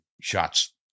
shots